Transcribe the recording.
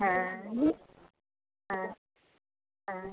ᱦᱮᱸ ᱦᱮᱸ ᱦᱮᱸ